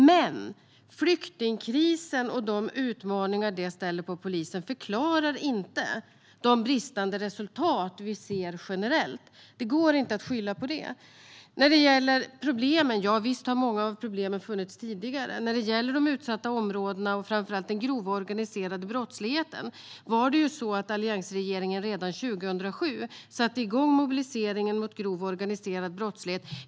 Men flyktingkrisen och de utmaningar den ställer polisen inför förklarar inte de bristande resultat vi ser generellt. Det går inte att skylla på det. Många av problemen har visserligen funnits tidigare. När det gäller de utsatta områdena och framför allt den grova organiserade brottsligheten satte ju alliansregeringen redan 2007 igång mobiliseringen mot sådan brottslighet.